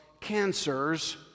cancers